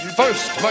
first